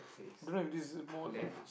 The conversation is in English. don't know if this is a mole but